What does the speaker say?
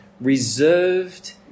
reserved